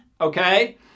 Okay